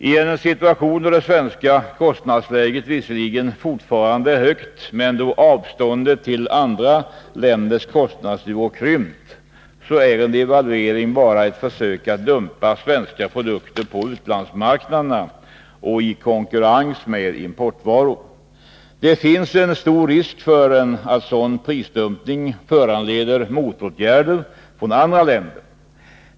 I en situation, då det svenska kostnadsläget visserligen fortfarande är högt men då avståndet till andra länders kostnadsnivå krympt, är en devalvering bara ett försök att dumpa svenska produkter på utlandsmarknaderna och i konkurrens med importvaror. Det finns stor risk för att sådan prisdumpning föranleder motåtgärder från andra länder.